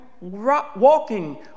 walking